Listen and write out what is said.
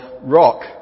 rock